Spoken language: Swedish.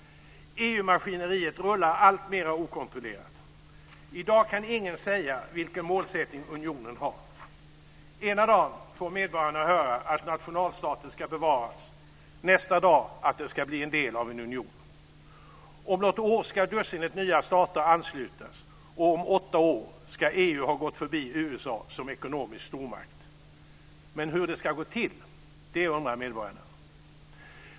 EU-maskineriet rullar alltmer okontrollerat. I dag kan ingen säga vilken målsättning unionen har. Ena dagen får medborgarna höra att nationalstaten ska bevaras, nästa dag att den ska bli en del av en union. Om något år ska dussinet nya stater anslutas, och om åtta år ska EU ha gått förbi USA som ekonomisk stormakt. Men hur det ska gå till undrar medborgarna över.